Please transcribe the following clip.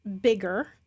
bigger